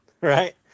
right